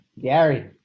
Gary